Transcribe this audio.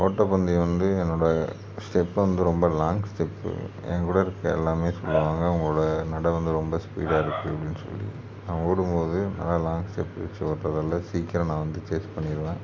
ஓட்டப் பந்தயம் வந்து என்னோடய ஸ்டெப்பு வந்து ரொம்ப லாங் ஸ்டெப்பு என் கூட இருக்கிற எல்லாமே சொல்லுவாங்க உங்களோடு நட வந்து ரொம்ப ஸ்பீடாக இருக்குது அப்படினு சொல்லி நான் ஓடும் போது நல்லா லாங் ஸ்டெப்பு வெச்சு ஓடுறதால சீக்கிரம் நான் வந்து சேஸ் பண்ணிடுவேன்